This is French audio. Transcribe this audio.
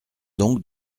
donc